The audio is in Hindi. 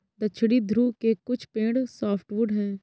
दक्षिणी ध्रुव के कुछ पेड़ सॉफ्टवुड हैं